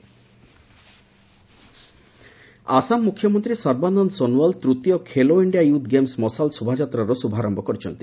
Khelo torch Assam ମୁଖ୍ୟମନ୍ତ୍ରୀ ସର୍ବାନନ୍ଦ ସୋନୱାଲ ତୃତୀୟ Khelo India youth games ମଶାଲ ଶୋଭାଯାତ୍ରାର ଶୁଭାରମ୍ଭ କରିଛନ୍ତି